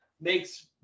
makes